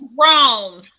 wrong